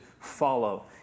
follow